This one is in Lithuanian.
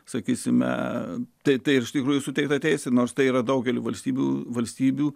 sakysime tai tai iš tikrųjų suteikta teisė nors tai yra daugelyje valstybių valstybių